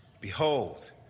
behold